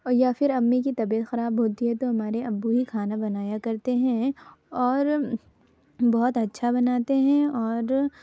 یا پھر امی کی طبیعت خراب ہوتی ہے تو ہمارے ابو ہی کھانا بنایا کرتے ہیں اور بہت اچھا بناتے ہیں اور